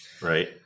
Right